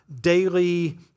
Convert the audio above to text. daily